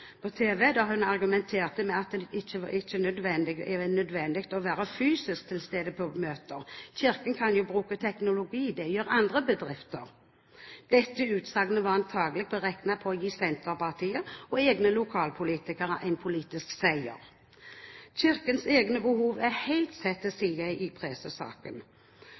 på fjernsynet, da hun argumenterte med at det ikke er nødvendig å være fysisk til stede på møter. Kirken kan jo bruke ny teknologi – det gjør andre bedrifter. Dette utsagnet var antagelig beregnet på å gi Senterpartiet og egne lokalpolitikere en politisk seier. Kirkens egne behov er helt satt til side i